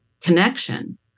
connection